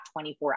24